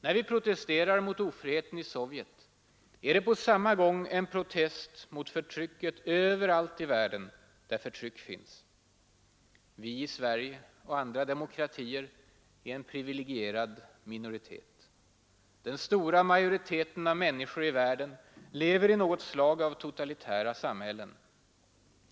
När vi protesterar mot ofriheten i Sovjet är det på samma gång en protest mot förtrycket överallt i världen där förtryck finns. Vi i Sverige och andra demokratier är en privilegierad minoritet. Den stora majoriteten av människor i världen lever i något slag av totalitära samhällen.